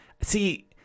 see